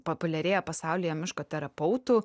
populiarėja pasaulyje miško terapeutų